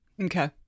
Okay